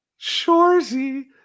Shorzy